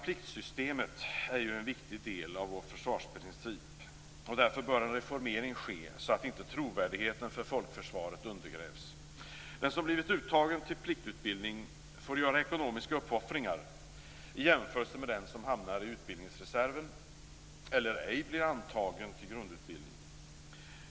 Pliktsystemet är en viktig del av vår försvarsprincip, och därför bör en reformering ske så att inte trovärdigheten för folkförsvaret undergrävs. Den som blivit uttagen till pliktutbildning får göra ekonomiska uppoffringar i jämförelse med den som hamnar i utbildningsreserven eller inte blir antagen till grundutbildning.